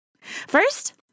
First